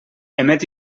emet